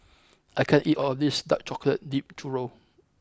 I can't eat all of this Dark Chocolate Dipped Churro